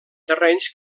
terrenys